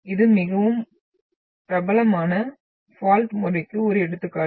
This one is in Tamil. இது மிகவும் பிரபலமான பால்ட் முறைக்கு ஒரு எடுத்துக்காட்டு